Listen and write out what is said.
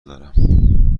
دارم